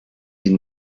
die